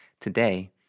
Today